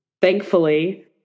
thankfully